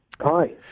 Hi